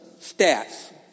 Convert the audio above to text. stats